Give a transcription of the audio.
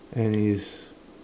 and it's